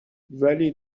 ولی